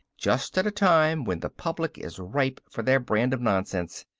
just at a time when the public is ripe for their brand of nonsense.